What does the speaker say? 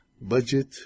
budget